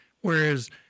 Whereas